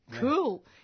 Cool